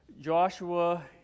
Joshua